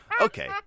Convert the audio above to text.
okay